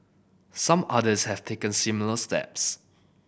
some others have taken similar steps